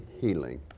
Healing